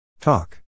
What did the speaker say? Talk